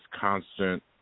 constant